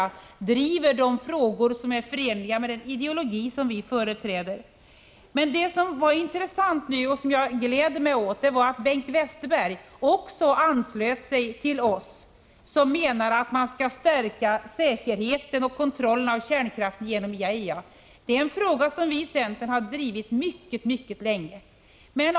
Vi driver de frågor som är förenliga med den ideologi som vi företräder. Men det som var intressant och som jag gladde mig åt var att Bengt Westerberg nu anslöt sig till oss som menar att man skall stärka säkerheten och kontrollen av kärnkraften genom IAEA. Det är en fråga som vi i centern drivit mycket länge.